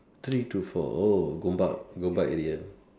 three to four oh Gombak Gombak area